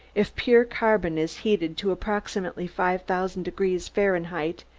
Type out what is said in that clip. if pure carbon is heated to approximately five thousand degrees fahrenheit,